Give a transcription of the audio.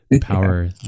power